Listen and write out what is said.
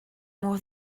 mor